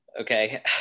okay